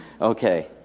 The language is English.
Okay